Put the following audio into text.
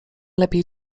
lepiej